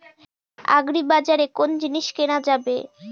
আগ্রিবাজারে কোন জিনিস কেনা যাবে?